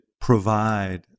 provide